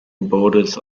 borders